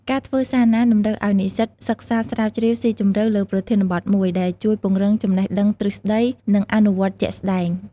ការធ្វើសារណាតម្រូវឲ្យនិស្សិតសិក្សាស្រាវជ្រាវស៊ីជម្រៅលើប្រធានបទមួយ ដែលជួយពង្រឹងចំណេះដឹងទ្រឹស្ដី និងអនុវត្តជាក់ស្តែង។